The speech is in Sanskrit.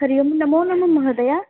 हरिः ओं नमो नमः महोदय